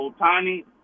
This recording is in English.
otani